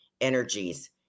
energies